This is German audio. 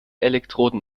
elektroden